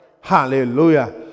Hallelujah